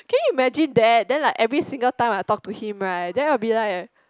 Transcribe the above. can you imagine that then like every single time I talk to him right then I'll be like